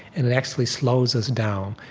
and it actually slows us down,